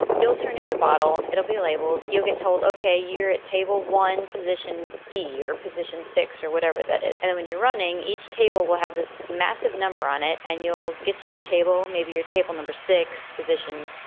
you'll turn in your bottle, it'll be labeled, you'll get told, ok, you're at table one, position b or position six or whatever that is. and when you're running, each table will have this massive number on it and you'll get to your table, maybe your table number six position,